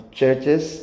churches